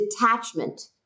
detachment